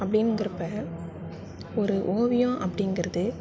அப்படிங்கறப்ப ஒரு ஓவியம் அப்படிங்கறது